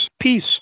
peace